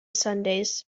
sundays